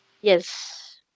Yes